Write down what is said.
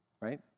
right